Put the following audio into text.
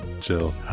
chill